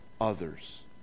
others